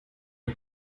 are